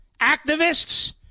activists